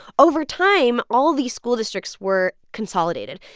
over time, all these school districts were consolidated.